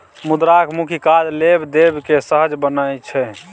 मुद्राक मुख्य काज लेब देब केँ सहज बनेनाइ छै